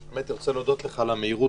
היושב-ראש, אני רוצה להודות לך על המהירות.